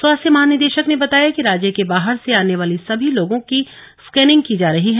स्वास्थ्य महानिदे ाक ने बताया कि राज्य के बाहर से आने वाले सभी लोगों की स्कैनिंग की जा रही है